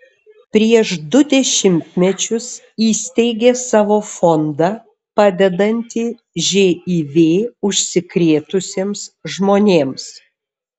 prieš du dešimtmečius įsteigė savo fondą padedantį živ užsikrėtusiems žmonėms